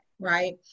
Right